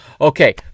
Okay